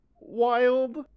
wild